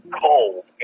cold